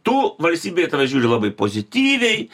tu valstybė į tave žiūri labai pozityviai